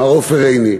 מר עופר עיני,